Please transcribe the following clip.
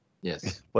Yes